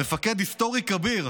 מפקד היסטורי כביר,